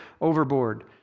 overboard